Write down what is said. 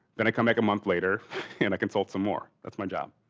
then i come back a month later and i consult some more. that's my job.